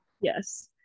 Yes